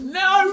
no